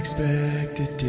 Expected